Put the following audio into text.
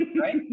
Right